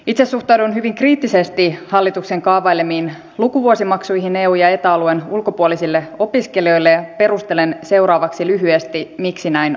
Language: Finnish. itse suhtaudun hyvin kriittisesti hallituksen kaavailemiin lukuvuosimaksuihin eu ja eta alueen ulkopuolisille opiskelijoille ja perustelen seuraavaksi lyhyesti miksi näin on